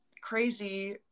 crazy